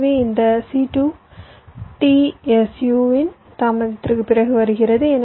எனவே இந்த c2 t su இன் தாமதத்திற்குப் பிறகு வருகிறது